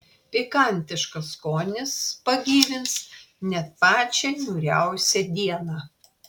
pikantiškas skonis pagyvins net pačią niūriausią dieną